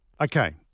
Okay